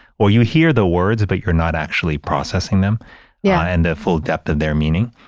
or you hear the words, but you're not actually processing them yeah and the full depth of their meaning.